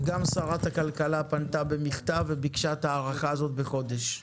וגם שרת הכלכלה פנתה במכתב וביקשה את ההארכה הזאת בחודש.